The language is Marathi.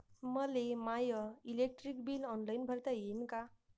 मले माय इलेक्ट्रिक बिल ऑनलाईन भरता येईन का?